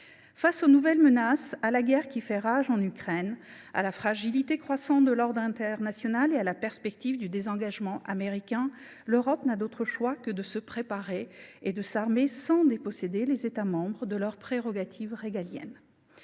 Face aux nouvelles menaces, à la guerre qui fait rage en Ukraine, à la fragilité croissante de l’ordre international et à la perspective du désengagement américain, l’Europe n’a d’autre choix que de se préparer et de s’armer sans déposséder les États membres de leurs prérogatives régaliennes.